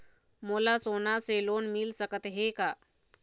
मोला सोना से लोन मिल सकत हे का?